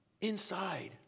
inside